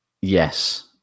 yes